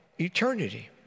eternity